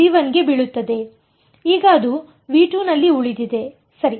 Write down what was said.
ಈಗ ಅದು ನಲ್ಲಿ ಉಳಿದಿದೆ ಸರಿ